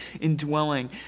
indwelling